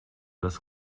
das